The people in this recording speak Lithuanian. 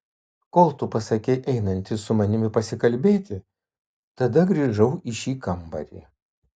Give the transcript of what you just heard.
kol tu pasakei einantis su manimi pasikalbėti tada grįžau į šį kambarį